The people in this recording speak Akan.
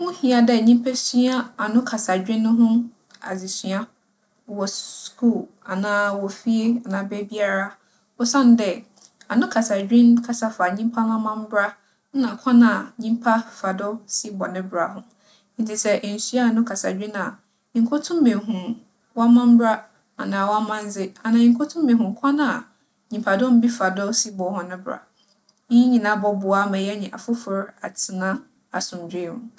Ho hia dɛ nyimpa sua anokasadwin ho adzesua wͻ skuul anaa wͻ fie anaa beebiara. Osiandɛ, anokasadwin kasa fa nyimpa n'amambra nna kwan a nyimpa fa do si bͻ ne bra ho. Ntsi sɛ ennsua anokasadwin a, innkotum eehu w'amambra anaa w'amandze anaa innkotum ehu kwan a nyimpadͻm bi si fa do bͻ hͻn bra. Iyi nyina bͻboa ma yɛnye afofor atsena asomdwee mu.